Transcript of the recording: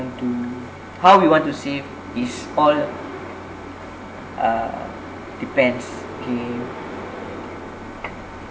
to how we want to save it's all uh depends okay